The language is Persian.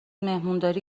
مهمونداری